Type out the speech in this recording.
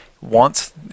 wants